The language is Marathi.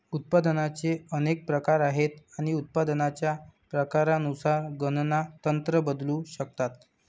उत्पादनाचे अनेक प्रकार आहेत आणि उत्पादनाच्या प्रकारानुसार गणना तंत्र बदलू शकतात